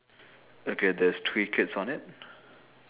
okay there's three kids on it